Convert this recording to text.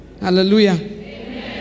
Hallelujah